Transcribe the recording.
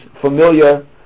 familiar